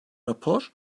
rapor